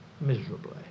miserably